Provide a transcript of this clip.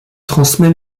transmet